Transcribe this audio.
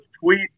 tweet